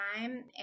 time